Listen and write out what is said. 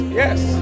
yes